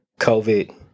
COVID